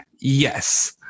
Yes